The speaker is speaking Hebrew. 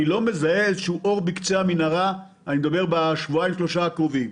אני לא מזהה איזשהו אור בקצה המנהרה בשבועיים-שלושה הקרובים.